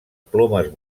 plomes